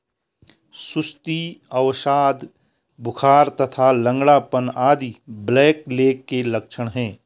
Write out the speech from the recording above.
सुस्ती, अवसाद, बुखार तथा लंगड़ापन आदि ब्लैकलेग के लक्षण हैं